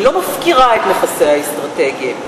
היא לא מפקירה את נכסיה האסטרטגיים,